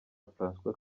francois